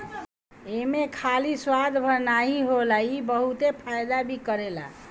एमे खाली स्वाद भर नाइ होला इ बहुते फायदा भी करेला